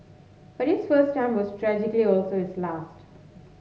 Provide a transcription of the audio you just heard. but his first time was tragically also his last